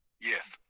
yes